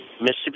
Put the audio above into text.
Mississippi